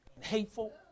hateful